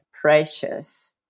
precious